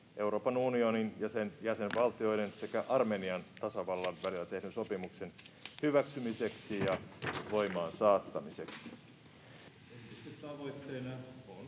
Euroopan unionin ja sen jäsenvaltioiden sekä Armenian tasavallan välillä tehdyn sopimuksen hyväksymiseksi ja voimaansaattamiseksi. Esityksen